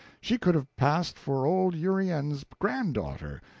she could have passed for old uriens' granddaughter,